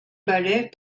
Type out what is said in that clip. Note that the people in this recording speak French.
ballet